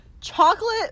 chocolate